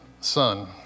son